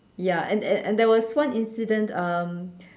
ya and and there was one incident um